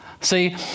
See